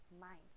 mind